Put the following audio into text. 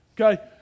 Okay